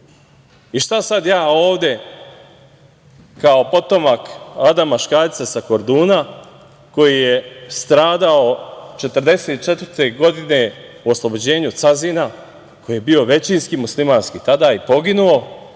sad ja ovde, kao potomak Adama Škaljca sa Korduna, koji je stradao 1944. godine u oslobođenju Cazina, koji je bio većinski muslimanski tada i poginuo